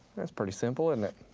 that's pretty simple, isn't it?